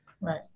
right